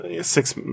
six